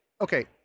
Okay